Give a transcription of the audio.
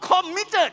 committed